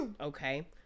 Okay